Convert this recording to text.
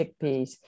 chickpeas